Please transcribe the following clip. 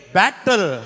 battle